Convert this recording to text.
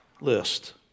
list